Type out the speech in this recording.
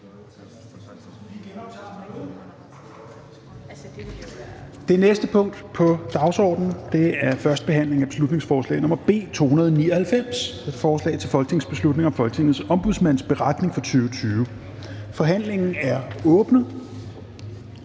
Det næste punkt på dagsordenen er: 48) 1. behandling af beslutningsforslag nr. B 299: Forslag til folketingsbeslutning om Folketingets Ombudsmands beretning for 2020. (Forslag som